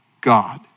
god